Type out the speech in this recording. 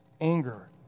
anger